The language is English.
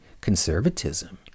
conservatism